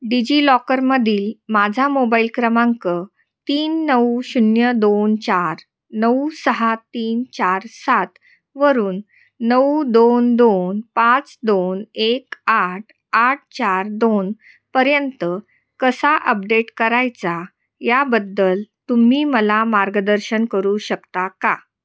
डिजिलॉकरमधील माझा मोबाईल क्रमांक तीन नऊ शून्य दोन चार नऊ सहा तीन चार सात वरून नऊ दोन दोन पाच दोन एक आठ आठ चार दोन पर्यंत कसा अपडेट करायचा याबद्दल तुम्ही मला मार्गदर्शन करू शकता का